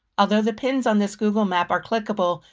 although the pins on this google map are clickable,